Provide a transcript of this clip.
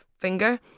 finger